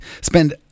spend